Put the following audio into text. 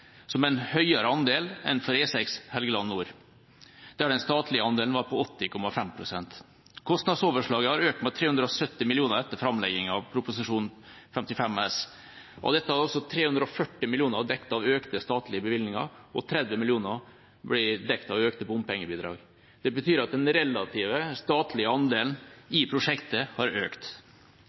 som er en høyere andel enn for E6 Helgeland nord, der den statlige andelen var på 80,5 pst. Kostnadsoverslaget har økt med 370 mill. kr etter framlegginga av Prop. 55 S for 2013–2014. Av dette er altså 340 mill. kr dekket av økte statlige bevilgninger, og 30 mill. kr blir dekket av økte bompengebidrag. Det betyr at den relative statlige andelen i prosjektet har økt.